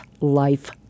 life